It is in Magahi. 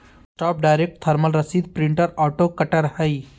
डेस्कटॉप डायरेक्ट थर्मल रसीद प्रिंटर ऑटो कटर हइ